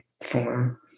form